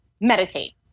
Meditate